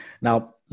Now